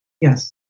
Yes